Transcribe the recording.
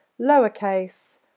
lowercase